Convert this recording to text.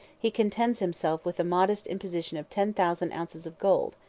he contents himself with a modest imposition of ten thousand ounces of gold,